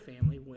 family